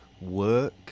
work